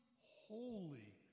holy